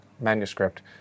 manuscript